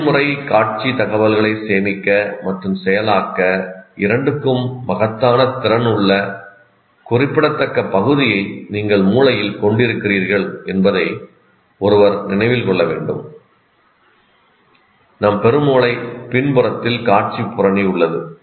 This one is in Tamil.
செயல்முறை காட்சி தகவல்களை சேமிக்க மற்றும் செயலாக்க இரண்டுக்கும் மகத்தான திறன் உள்ள குறிப்பிடத்தக்க பகுதியை நீங்கள் மூளையில் கொண்டிருக்கிறீர்கள் என்பதை ஒருவர் நினைவில் கொள்ள வேண்டும் நம் பெருமூளை பின்புறத்தில் காட்சி புறணி உள்ளது